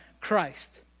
Christ